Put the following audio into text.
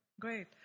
Great